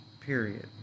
Period